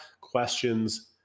questions